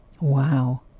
Wow